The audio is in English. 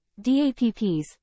DAPPs